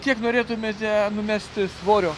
kiek norėtumėte numesti svorio